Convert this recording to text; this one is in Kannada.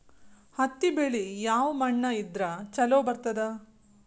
ಹತ್ತಿ ಬೆಳಿ ಯಾವ ಮಣ್ಣ ಇದ್ರ ಛಲೋ ಬರ್ತದ?